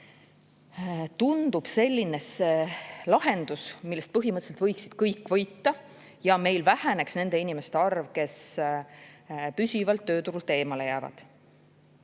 Tundub selline lahendus, millest põhimõtteliselt võiksid kõik võita ja meil väheneks nende inimeste arv, kes püsivalt tööturult eemale jäävad.